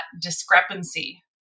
discrepancy